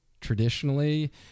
traditionally